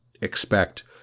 expect